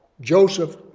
Joseph